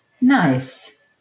Nice